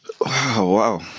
Wow